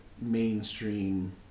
mainstream